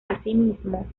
asimismo